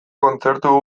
kontzertu